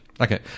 Okay